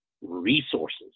resources